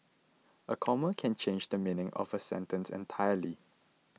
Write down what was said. a comma can change the meaning of a sentence entirely